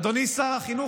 אדוני שר החינוך,